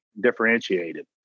differentiated